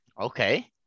Okay